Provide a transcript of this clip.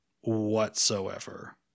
whatsoever